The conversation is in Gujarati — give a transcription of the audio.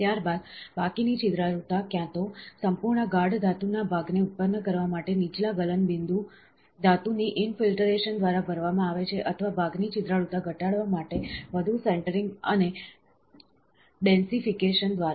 ત્યારબાદ બાકીની છિદ્રાળુતા કાં તો સંપૂર્ણ ગાઢ ધાતુના ભાગને ઉત્પન્ન કરવા માટે નીચલા ગલનબિંદુ ધાતુની ઈન ફિલ્ટરેશન દ્વારા ભરવામાં આવે છે અથવા ભાગની છિદ્રાળુતા ઘટાડવા માટે વધુ સેન્ટરીંગ અને ડેંસિફિકેશન દ્વારા